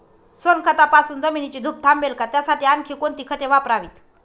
सोनखतापासून जमिनीची धूप थांबेल का? त्यासाठी आणखी कोणती खते वापरावीत?